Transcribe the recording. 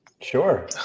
Sure